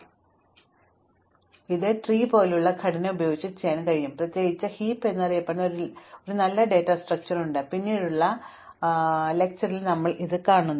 അതിനാൽ ട്രീ പോലുള്ള ഘടന ഉപയോഗിച്ച് ഇത് ചെയ്യാൻ കഴിയും പ്രത്യേകിച്ചും ഹീപ്പ് എന്നറിയപ്പെടുന്ന ഒരു നല്ല ഡാറ്റാ സ്ട്രക്ചർ ഉണ്ടെന്ന് പിന്നീടുള്ള ഒരു പ്രഭാഷണത്തിൽ നാം കാണും ഇത് ലോഗ് എൻ ടൈമിൽ ഈ രണ്ട് പ്രവർത്തനങ്ങളും നടത്താൻ ഞങ്ങളെ അനുവദിക്കുന്നു